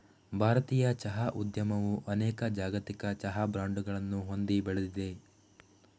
ಭಾರತೀಯ ಚಹಾ ಉದ್ಯಮವು ಅನೇಕ ಜಾಗತಿಕ ಚಹಾ ಬ್ರಾಂಡುಗಳನ್ನು ಹೊಂದಿ ಬೆಳೆದಿದೆ